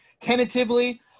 tentatively